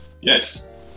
Yes